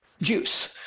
Juice